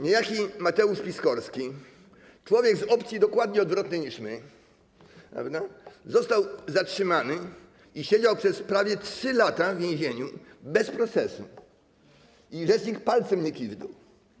Niejaki Mateusz Piskorski, człowiek z opcji dokładnie odwrotnej niż nasza, został zatrzymany i siedział przez prawie 3 lata w więzieniu bez procesu, a rzecznik palcem nie kiwnął.